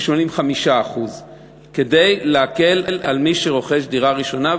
משלמים 5%. זאת כדי להקל על מי שרוכש דירה ראשונה,